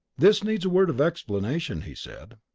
this needs a word of explanation, he said.